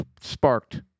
sparked